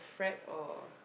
frappe or